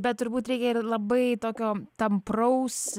bet turbūt reikėtų labai tokio tampraus